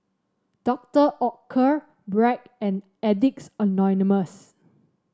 Doctor Oetker Bragg and Addicts Anonymous